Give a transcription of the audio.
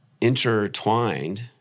intertwined